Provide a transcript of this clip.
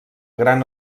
gran